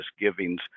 misgivings